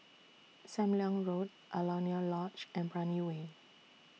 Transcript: SAM Leong Road Alaunia Lodge and Brani Way